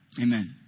Amen